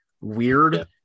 weird